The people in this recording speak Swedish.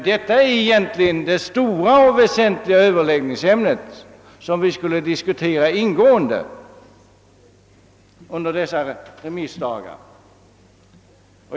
Detta borde egentligen vara det stora och väsentliga överläggningsämnet och diskuteras ingående under dessa remissdagar.